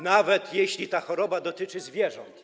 nawet jeśli ta choroba dotyczy zwierząt.